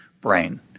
brain